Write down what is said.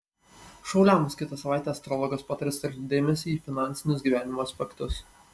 šauliams kitą savaitę astrologas pataria sutelkti dėmesį į finansinius gyvenimo aspektus